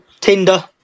Tinder